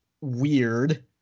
weird